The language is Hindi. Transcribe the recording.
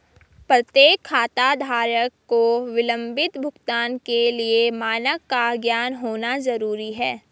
प्रत्येक खाताधारक को विलंबित भुगतान के लिए मानक का ज्ञान होना जरूरी है